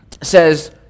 says